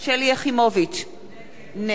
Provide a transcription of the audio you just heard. נגד משה יעלון,